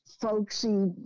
folksy